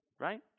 right